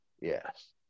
Yes